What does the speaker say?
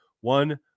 One